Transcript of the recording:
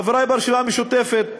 חברי ברשימה המשותפת,